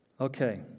Okay